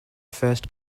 first